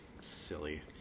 Silly